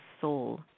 soul